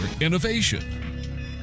innovation